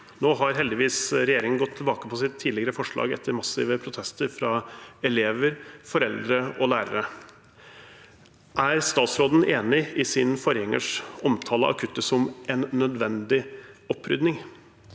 Nå har heldigvis regjeringen gått tilbake på sitt tidligere forslag, etter massive protester fra elever, foreldre og lærere. Er statsråden enig i sin forgjengers omtale av kuttet som en nødvendig opprydning?